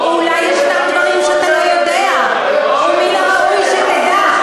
אולי ישנם דברים שאתה לא יודע ומן הראוי שתדע,